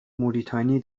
موریتانی